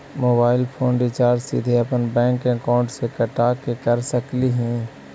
Mobile phone recharge सीधे अपन bank account से कटा के कर सकली ही?